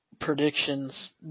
predictions